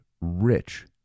rich